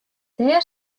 dêr